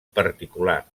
particular